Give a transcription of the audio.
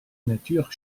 nature